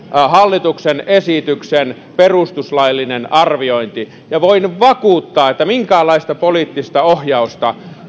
hallituksen esityksen perustuslaillinen arviointi ja voin vakuuttaa että minkäänlaista poliittista ohjausta